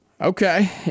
okay